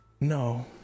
No